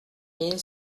mille